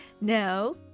No